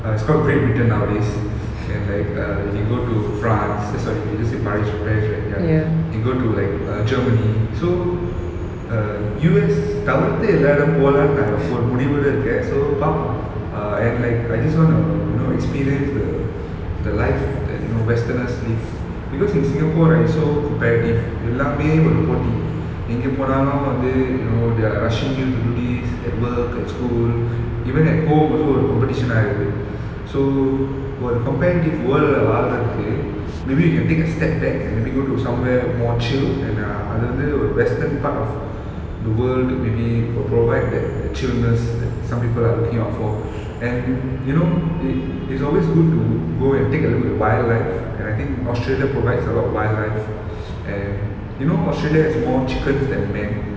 err it's called great britain nowadays and like err you can go to france eh sorry we just said paris paris right ya we can go to like err germany so err U_S தவிர்த்து எல்லா இடமும் போலாம்னு ஒரு முடிவோட இருக்கேன் so பார்ப்போம்:thavirthu ella idamum polamnu oru mudivoda iruken so parpom err and like I just wanna you know experience the the life that you know westerners live because in singapore right it's so comparative எல்லாமே ஒரு போட்டி எங்க போனாலும் வந்து:ellame oru poti enga ponalum vanthu you know they are rushing you to do this at work at school even at home also competition னா இருக்கு:na iruku so comparative world ல வாழுறதுக்கு:la vazhurathuku maybe you can take a step back and maybe go to somewhere more chill and err அது வந்து:adhu vanthu western part of the world maybe will provide that that chillness that some people are looking out for and you know i~ it's always good to go and take a look at wildlife and I think australia provides a lot of wildlife and you know australia has more chickens than men